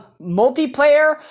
multiplayer